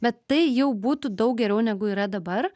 bet tai jau būtų daug geriau negu yra dabar